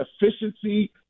efficiency